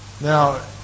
Now